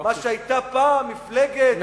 מה שהיתה פעם מפלגת השלום,